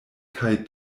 kaj